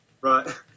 right